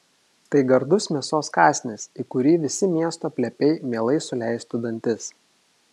tai gardus mėsos kąsnis į kurį visi miesto plepiai mielai suleistų dantis